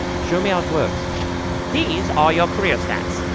show me how it works these are your career stats.